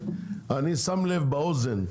אני שם לב באוזן.